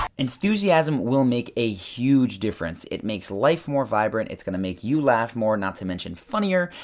enthusiasm will make a huge difference. it makes life more vibrant, it's going to make you laugh more, not to mention funnier,